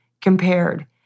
compared